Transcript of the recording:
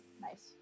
nice